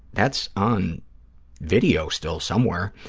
that's on video still somewhere.